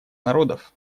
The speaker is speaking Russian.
народов